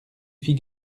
fit